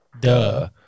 duh